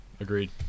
Agreed